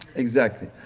exactly.